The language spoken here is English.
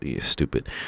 stupid